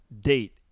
date